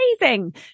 amazing